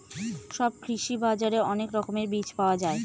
সব কৃষি বাজারে অনেক রকমের বীজ পাওয়া যায়